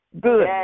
Good